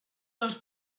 los